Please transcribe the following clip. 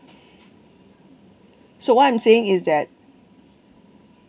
so what I'm saying is that